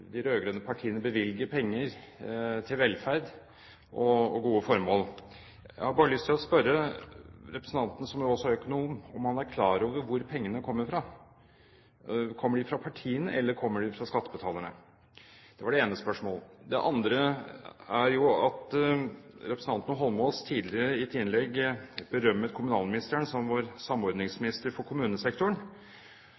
han er klar over hvor pengene kommer fra. Kommer de fra partiene, eller kommer de fra skattebetalerne? Det var det ene spørsmålet. Det andre er at representanten Holmås tidligere i et innlegg berømmet kommunalministeren som vår